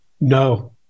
No